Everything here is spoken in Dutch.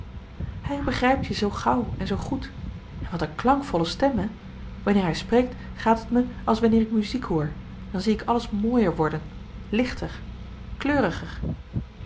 hij begrijpt je zoo gauw en zoo goed en wat een klankvolle stem hè wanneer hij spreekt gaat t me als wanneer ik muziek hoor dan zie ik alles mooier worden lichter kleuriger